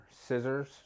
scissors